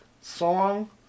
song